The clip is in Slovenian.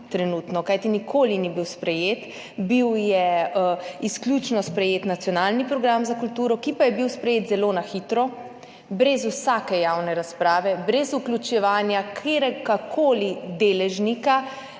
kajti nikoli ni bil sprejet. Bil je sprejet izključno nacionalni program za kulturo, ki pa je bil sprejet zelo na hitro, brez vsake javne razprave, brez vključevanja kateregakoli deležnika